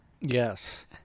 Yes